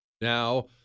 Now